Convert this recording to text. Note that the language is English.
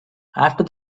after